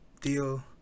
deal